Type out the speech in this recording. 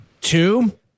Two